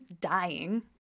dying